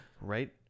right